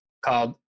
called